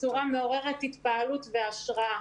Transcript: בצורה מעוררת התפעלות והשראה,